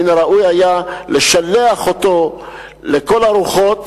מן הראוי היה לשלח אותו לכל הרוחות.